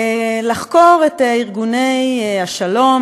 לחקור את ארגוני השלום,